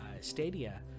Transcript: Stadia